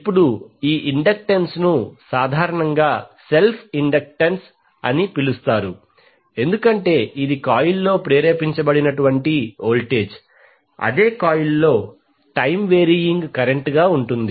ఇప్పుడు ఈ ఇండక్టెన్స్ను సాధారణంగా సెల్ఫ్ ఇండక్టెన్స్ అని పిలుస్తారు ఎందుకంటే ఇది కాయిల్లో ప్రేరేపించబడిన వోల్టేజ్ అదే కాయిల్ లో టైమ్ వేరీయింగ్ కరెంట్ గా ఉంటుంది